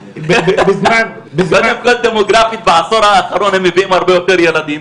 דווקא דמוגרפית בעשור האחרון הם מביאים הרבה יותר ילדים,